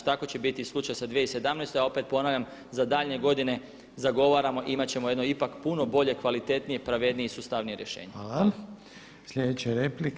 Tako će biti i slučaj sa 2017. a opet ponavljam za daljnje godine zagovaramo i imati ćemo jedno ipak puno bolje, kvalitetnije, pravednije i sustavnije rješenje.